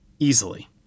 Easily